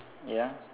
ya